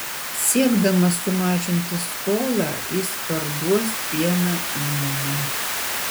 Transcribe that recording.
siekdamas sumažinti skolą jis parduos vieną įmonę